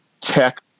tech